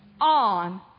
on